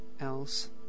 else